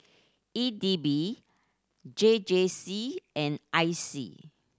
E D B J J C and I C